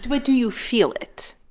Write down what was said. do do you feel it?